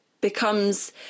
becomes